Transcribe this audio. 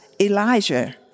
Elijah